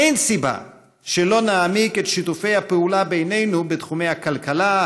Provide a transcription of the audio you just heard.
אין סיבה שלא נעמיק את שיתוף הפעולה בינינו בתחומי הכלכלה,